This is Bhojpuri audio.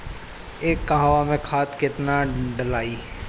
एक कहवा मे खाद केतना ढालाई?